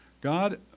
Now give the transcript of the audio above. god